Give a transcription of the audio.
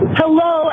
hello